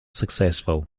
successful